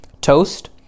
toast